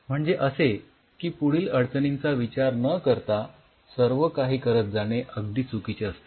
म्हणजे असे की पुढील अडचणींचा विचार न करता सर्व काही करत जाणे अगदी चुकीचे असते